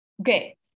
Okay